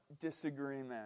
disagreement